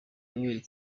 yoweri